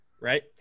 right